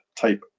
type